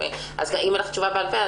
אם אין לך תשובה בעל פה,